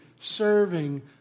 serving